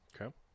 Okay